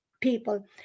people